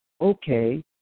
okay